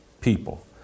people